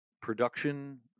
production